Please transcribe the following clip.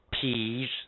Peas